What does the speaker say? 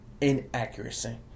inaccuracy